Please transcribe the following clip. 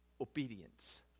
Obedience